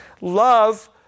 love